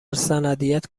سندیت